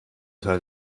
teil